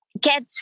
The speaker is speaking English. get